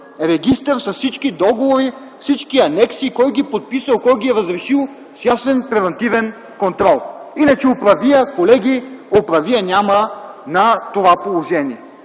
регистър с всички договори, всички анекси, кой ги подписал, кой ги разрешил – с ясен превантивен контрол. Иначе оправия, колеги, няма на това положение